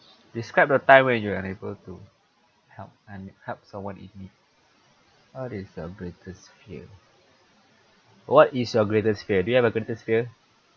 describe the time when you are unable to help and help someone in need what is your greatest fear what is your greatest fear do you have a greatest fear